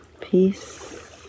peace